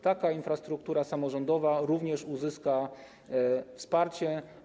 Taka infrastruktura samorządowa również uzyska wsparcie.